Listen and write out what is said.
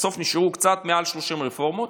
ובסוף נשארו קצת מעל 30 רפורמות.